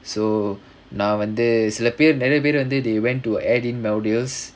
so நா வந்து சில பேர் நிறையா பேர் வந்து:naa vanthu sila paer niraiyaa paer vanthu they went to add in nowdiyos